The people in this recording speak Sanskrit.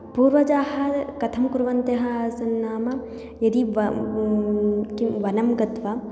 पूर्वजाः कथं कुर्वन्त्यः आसन् नाम यदि वा किं वनं गत्वा